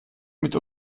mit